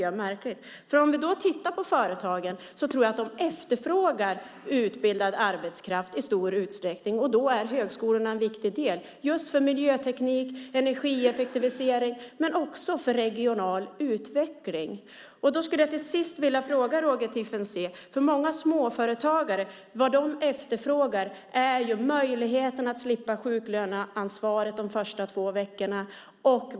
Jag tror att företagen efterfrågar utbildad arbetskraft i stor utsträckning, och då är högskolorna en viktig del. De är viktiga för miljöteknik och energieffektivisering, men också för regional utveckling. Jag har till sist en fråga till Roger Tiefensee. Många småföretagare efterfrågar möjligheten att slippa sjuklöneansvaret de första två veckorna.